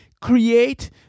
Create